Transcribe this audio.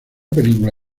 película